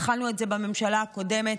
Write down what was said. התחלנו את זה בממשלה הקודמת,